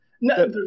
No